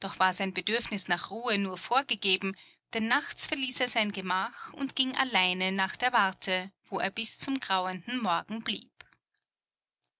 doch war sein bedürfnis nach ruhe nur vorgegeben denn nachts verließ er sein gemach und ging allein nach der warte wo er bis zum grauenden morgen blieb